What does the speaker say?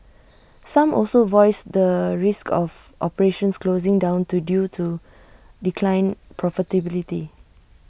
some also voiced the risk of operations closing down to due to declined profitability